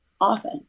often